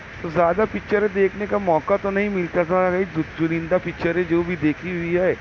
تو زیادہ پکچریں دیکھنے کا موقع تو نہیں ملتا تھا چنندہ پکچریں جو بھی دیکھی ہوئی ہے